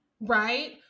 Right